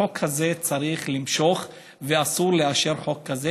את החוק הזה צריך למשוך ואסור לאשר חוק כזה,